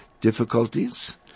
difficulties